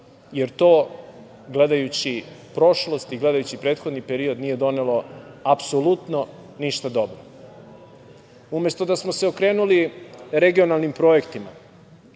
jer to gledajući prošlost i gledajući prethodni period nije donelo apsolutno ništa dobro. Umesto da smo se okrenuli regionalnim projektima,